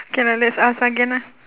can lah let's ask again ah